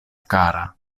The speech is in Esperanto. kara